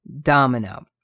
domino